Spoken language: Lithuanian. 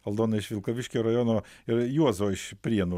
aldona iš vilkaviškio rajono ir juozo iš prienų